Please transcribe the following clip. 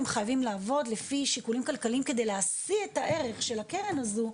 הם חייבים לעבוד על פי שיקולים כלכליים כדי להסיר את הערך של הקרן הזו,